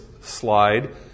slide